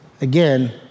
Again